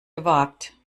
gewagt